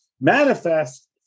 manifest